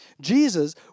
Jesus